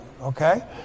Okay